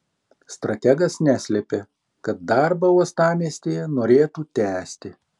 strategas neslėpė kad darbą uostamiestyje norėtų tęsti